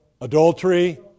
Adultery